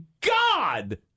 God